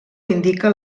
indica